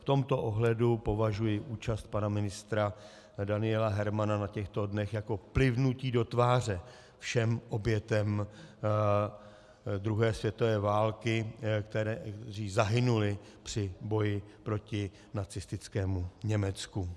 V tomto ohledu považuji účast pana ministra Daniela Hermana na těchto dnech za plivnutí do tváře všem obětem druhé světové války, které zahynuly při boji proti nacistickému Německu.